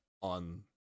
on